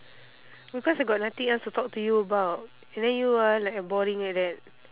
because I got nothing else to talk to you about and then you ah like boring like that